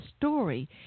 story